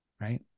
Right